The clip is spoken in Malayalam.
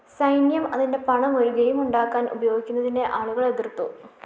സൈന്യം അതിന്റെ പണം ഒരു ഗെയിമുണ്ടാക്കാൻ ഉപയോഗിക്കുന്നതിനെ ആളുകൾ എതിർത്തു